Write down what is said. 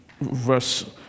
verse